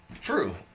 True